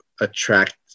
attract